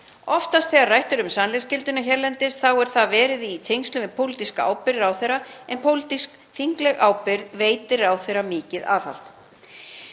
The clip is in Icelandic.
Oftast þegar rætt er um sannleiksskylduna hérlendis hefur það verið í tengslum við pólitíska ábyrgð ráðherra en pólitísk þingleg ábyrgð veitir ráðherra mikið aðhald.